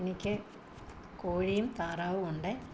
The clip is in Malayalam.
എനിക്ക് കോഴിയും താറാവും ഉണ്ട്